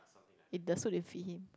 if the suit didn't fit him